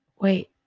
wait